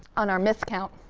on our myth count,